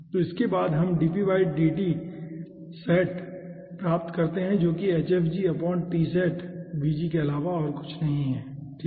तो हमें बाद में यह प्राप्त करते है जो की के अलावा और कुछ नहीं है ठीक है